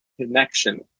connection